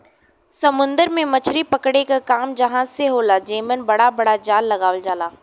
समुंदर में मछरी पकड़े क काम जहाज से होला जेमन बड़ा बड़ा जाल लगावल जाला